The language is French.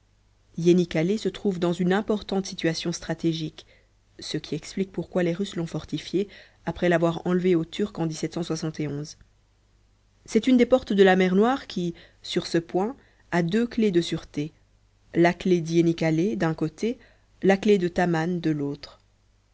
iénikalé se trouve dans une importante situation stratégique ce qui explique pourquoi les russes l'ont fortifiée après l'avoir enlevée aux turcs en c'est une des portes de la mer noire qui sur ce point a deux clefs de sûreté la clef d'iénikalé d'un côté la clef de taman de l'autre